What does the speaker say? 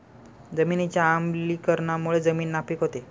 जमिनीच्या आम्लीकरणामुळे जमीन नापीक होते